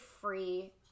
free